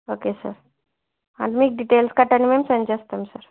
okay sir అన్ని details కట్టాని మేము సెండ్ చేస్తాము సార్